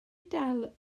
dal